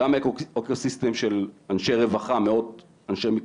גם אקוסיסטם של אנשי רווחה,